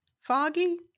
foggy